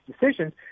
decisions